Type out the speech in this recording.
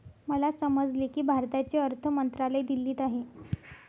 मला समजले की भारताचे अर्थ मंत्रालय दिल्लीत आहे